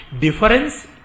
Difference